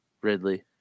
Ridley